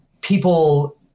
people